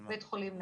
בית חולים נהריה,